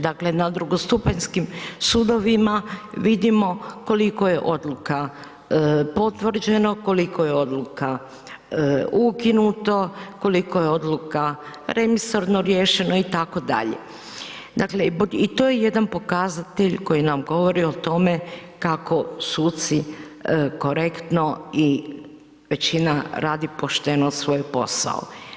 Dakle na drugostupanjskim sudovima vidimo koliko je odluka potvrđeno, koliko je odluka ukinuta, koliko je odluka remisorno riješeno itd. i to je jedan pokazatelj koji nam govori o tome kako suci korektno i većina radi pošteno svoj posao.